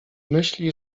myśli